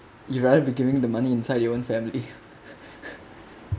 you rather be giving the money inside your own family